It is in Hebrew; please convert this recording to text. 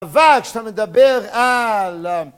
אבל כשאתה מדבר על...